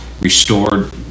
restored